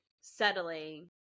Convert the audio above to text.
settling